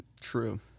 true